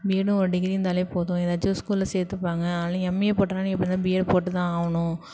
பிஏடும் ஒரு டிகிரி இருந்தாலே போதும் ஏதாச்சும் ஒரு ஸ்கூல்ல சேர்த்துப்பாங்க அதனால் நீ எம்ஏ போட்டின்னா நீ எப்படி இருந்தாலும் பிஏட் போட்டுதான் ஆகணும்